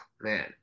man